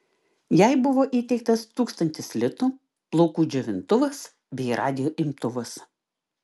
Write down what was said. jai buvo įteiktas tūkstantis litų plaukų džiovintuvas bei radijo imtuvas